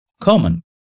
Common